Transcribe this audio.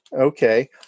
Okay